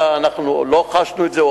אנחנו לא חשנו את זה,